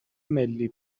ملی